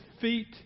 feet